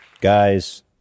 guys